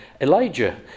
Elijah